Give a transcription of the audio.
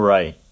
Right